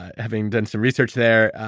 having done some research there.